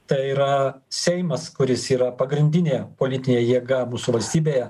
tai yra seimas kuris yra pagrindinė politinė jėga mūsų valstybėje